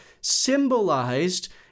symbolized